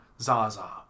Zaza